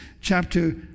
chapter